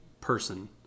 person